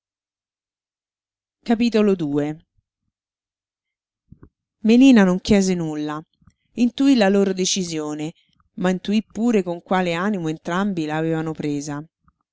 ritornata a loro sola melina non chiese nulla intuí la loro decisione ma intuí pure con quale animo entrambi la avevano presa